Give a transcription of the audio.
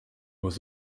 was